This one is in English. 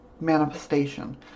manifestation